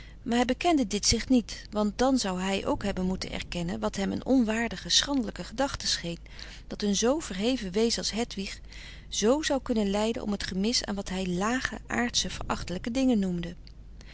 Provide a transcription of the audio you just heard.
maar hij bekende dit zich niet want dan zou frederik van eeden van de koele meren des doods hij ook hebben moeten erkennen wat hem een onwaardige schandelijke gedachte scheen dat een zoo verheven wezen als hedwig z zou kunnen lijden om t gemis aan wat hij lage aardsche verachtelijke dingen noemde